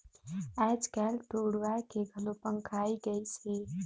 आयज कायल तो उड़वाए के घलो पंखा आये गइस हे